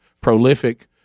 prolific